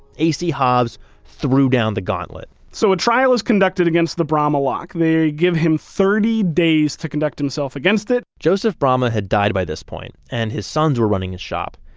a c. hobbs threw down the gauntlet so a trial was conducted against the bramah lock. they'd give him thirty days to conduct himself against it joseph bramah had died by this point, and his sons were running his shop.